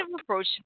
approach